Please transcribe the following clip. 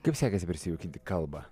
kaip sekėsi prisijaukinti kalbą